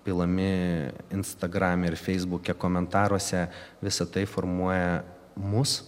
pilami instagrame ir feisbuke komentaruose visa tai formuoja mus